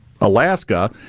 Alaska